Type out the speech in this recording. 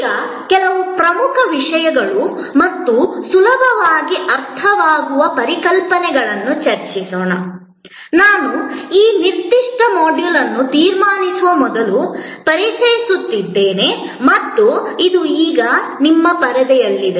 ಈಗ ಕೆಲವು ಪ್ರಮುಖ ವಿಷಯಗಳು ಮತ್ತು ಸುಲಭವಾಗಿ ಅರ್ಥವಾಗುವ ಪರಿಕಲ್ಪನೆಗಳನ್ನು ಚರ್ಚಿಸಿ ನಾನು ಈ ನಿರ್ದಿಷ್ಟ ಮಾಡ್ಯೂಲ್ ಅನ್ನು ತೀರ್ಮಾನಿಸುವ ಮೊದಲು ಪರಿಚಯಿಸುತ್ತೇನೆ ಮತ್ತು ಅದು ಇದೀಗ ನಿಮ್ಮ ಪರದೆಯಲ್ಲಿದೆ